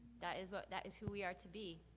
that is but that is who we are to be.